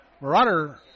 Marauder